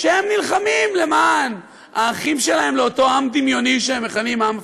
כשהם נלחמים למען האחים שלהם לאותו עם דמיוני שהם מכנים העם הפלסטיני.